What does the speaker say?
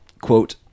Quote